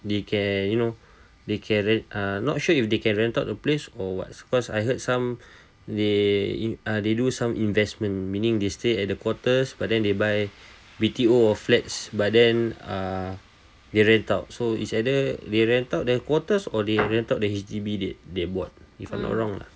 they can you know they can rent uh not sure if they can rent the place or what because I heard some they uh they do some investment meaning they stay at the quarters but then they buy B_T_O flats but then uh they rent out so it's either they rent out their quarters or they rented the H_D_B they they bought if I'm not wrong lah